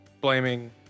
blaming